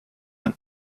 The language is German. man